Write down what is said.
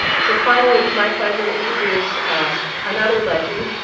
so finally it's my pleasure to introduce another legend,